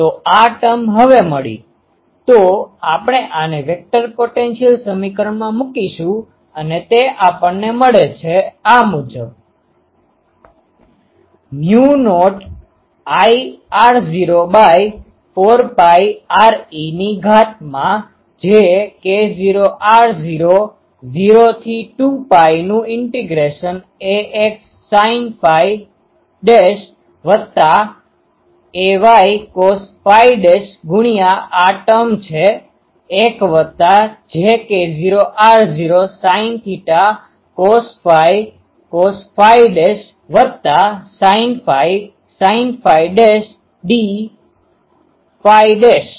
તો આપણે આને વેક્ટર પોટેન્શિઅલ સમીકરણમાં મૂકીશું અને તે આપણ ને મલે છે આ મુજબ A0Ir04πre jk0r02πaxsin aycos φ 1 jk0r0sin cos cos sin sin dφ mu naught I r0 by 4 pi r e ની ઘાત માં j k0 r0 0 થી 2 પાય નું integration ax sine phi dash વત્તા ay કોસ ફાઈ ડેશ ગુણ્યા આ ટર્મ છે 1 વત્તા J K0 r0 sine theta cos phi cos phi dash વત્તા sine phi sine phi dash d phi dash